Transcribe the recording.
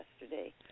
yesterday